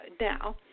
now